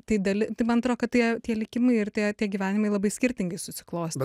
tai dali tai man atrodo kad tie tie likimai ir tie tie gyvenimai labai skirtingai susiklostė